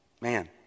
Man